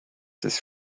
this